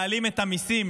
מעלים את המיסים